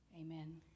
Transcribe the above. Amen